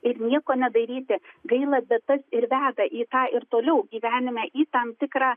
ir nieko nedaryti gaila bet tas ir veda į tą ir toliau gyvenime į tam tikrą